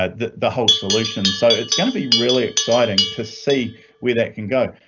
ah, the the whole solution, so it's going to be really exciting to see where that can go.